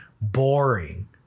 boring